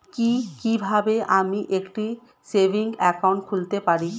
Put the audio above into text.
কি কিভাবে আমি একটি সেভিংস একাউন্ট খুলতে পারি?